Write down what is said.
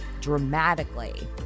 dramatically